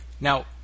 Now